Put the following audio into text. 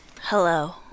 hello